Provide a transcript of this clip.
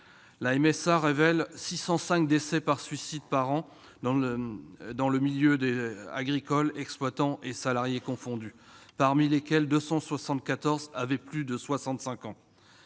la MSA relève 605 décès par suicide par an dans le milieu agricole, exploitants et salariés confondus, parmi lesquels 274 avaient plus de 65 ans